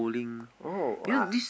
oh I